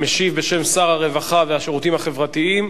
משיב בשם שר הרווחה והשירותים החברתיים,